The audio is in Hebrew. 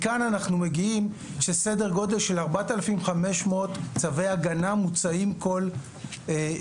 מכאן אנחנו מגיעים לכך שסדר גודל של 4,500 צווי הגנה מוצאים כל שנה.